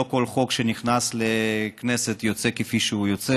לא כל חוק שנכנס לכנסת יוצא כפי שהוא נכנס,